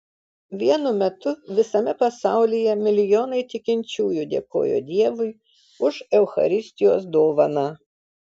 vienu metu visame pasaulyje milijonai tikinčiųjų dėkojo dievui už eucharistijos dovaną